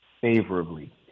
favorably